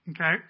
Okay